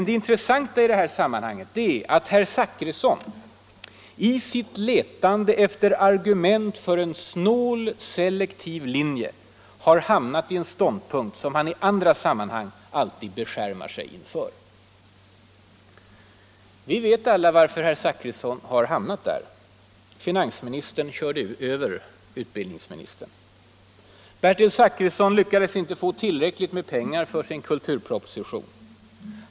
Det intressanta i det här sammanhanget är att herr Zachrisson i sitt letande efter argument för en snål, selektiv linje har hamnat i en ståndpunkt som han i andra sammanhang alltid beskärmar sig inför. Vi vet alla varför herr Zachrisson har hamnat där. Finansministern körde över utbildningsministern. Bertil Zachrisson lyckades inte få tillräckligt med pengar för sin kulturproposition.